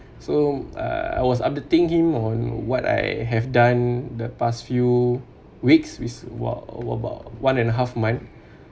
so uh I was updating him on what I have done the past few weeks while while about one and a half month